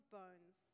bones